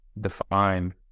define